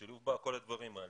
שילוב בכל הדברים האלה.